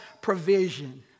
provision